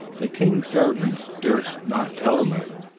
the king's servants durst not tell him of it,